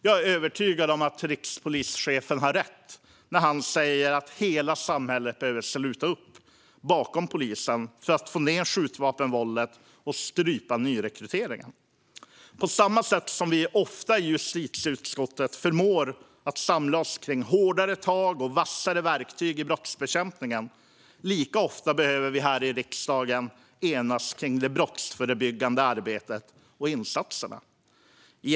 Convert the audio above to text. Jag är övertygad om att rikspolischefen har rätt när han säger att hela samhället behöver sluta upp bakom polisen för att få ned skjutvapenvåldet och strypa nyrekryteringen. I justitieutskottet förmår vi ofta att samla oss kring hårdare tag och vassare verktyg i brottsbekämpningen. Lika ofta behöver vi här i riksdagen enas kring brottsförebyggande arbete och insatser.